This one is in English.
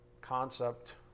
concept